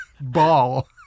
ball